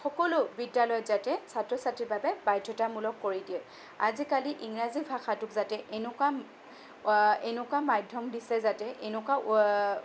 সকলো বিদ্যালয়ত যাতে ছাত্ৰ ছাত্ৰীৰ বাবে বাধ্যতামূলক কৰি দিয়ে আজিকালি ইংৰাজী ভাষাটোক যাতে এনেকুৱা মাধ্যম দিছে যাতে এনেকুৱা